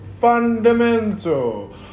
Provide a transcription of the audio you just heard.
fundamental